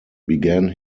began